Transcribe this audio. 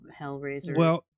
Hellraiser